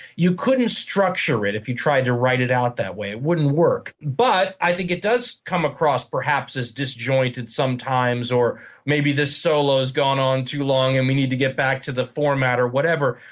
you couldn't structure it if you tried to write it out that way it wouldn't work. but i think it does come across perhaps as disjointed sometimes, or maybe this solo has gone on too long and we need to get back to the format or whatever.